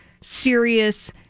serious